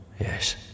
Yes